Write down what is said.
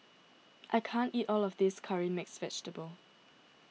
I can't eat all of this Curry Mixed Vegetable